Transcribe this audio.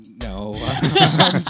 No